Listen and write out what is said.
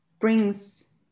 brings